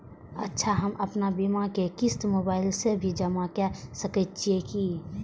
अच्छा हम आपन बीमा के क़िस्त मोबाइल से भी जमा के सकै छीयै की?